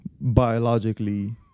biologically